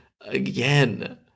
again